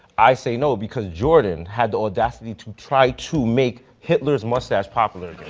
i say no, because jordan had the audacity to try to make hitler's mustache popular